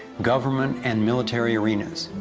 government and military arenas.